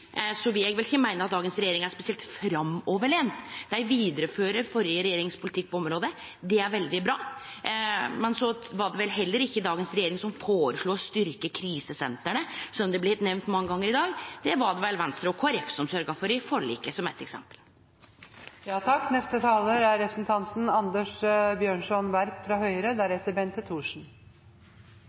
vil eg vel ikkje meine at dagens regjering er spesielt framoverlent. Ho vidarefører den førre regjeringas politikk på området. Det er veldig bra. Men det var vel heller ikkje dagens regjering som føreslo å styrkje krisesentra, som har blitt nemnt mange gonger i dag. Det var det vel Venstre og Kristeleg Folkeparti som sørgde for i forliket, som